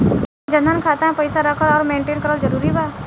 जनधन खाता मे पईसा रखल आउर मेंटेन करल जरूरी बा?